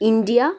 India